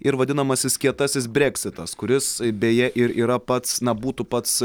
ir vadinamasis kietasis breksitas kuris beje ir yra pats na būtų pats